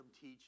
teach